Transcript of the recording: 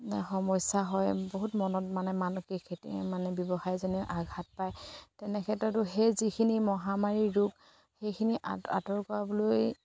সমস্যা হয় বহুত মনত ব্যৱসায়ীজনেও আঘাত পায় তেনেক্ষেত্ৰতো সেই যিখিনি মহামাৰীৰ ৰোগ সেইখিনি আঁতৰ কৰাবলৈ